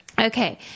Okay